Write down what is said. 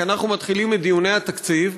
כי אנחנו מתחילים את דיוני התקציב,